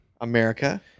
America